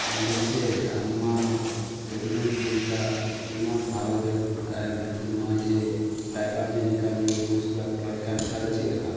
ᱢᱮᱱᱫᱟᱹᱧ ᱪᱮᱫ ᱟᱢᱢᱟ ᱜᱟᱹᱰᱤᱢᱟᱢ ᱠᱩᱞᱠᱟᱜ ᱠᱩᱞᱢᱟᱢ ᱵᱷᱟᱞᱚᱠᱮᱫ ᱠᱩᱞᱠᱟᱜᱮᱢ ᱠᱤᱱᱛᱩ ᱱᱚᱜᱼᱚᱸᱭ ᱡᱮ ᱰᱟᱭᱵᱟᱨ ᱡᱮ ᱱᱮᱠᱟ ᱡᱮ ᱨᱩᱞᱥ ᱠᱚ ᱵᱟᱭ ᱯᱷᱚᱞᱳᱭᱮᱫ ᱠᱟᱱ ᱮᱱᱠᱟᱫᱚ ᱪᱮᱫᱞᱮᱠᱟ